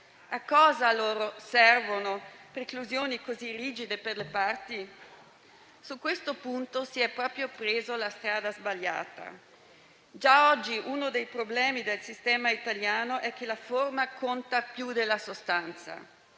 a cosa servono loro preclusioni così rigide per le parti? Su questo punto si è proprio presa la strada sbagliata. Già oggi uno dei problemi del sistema italiano è che la forma conta più della sostanza.